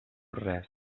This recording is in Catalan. res